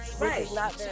right